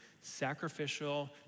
sacrificial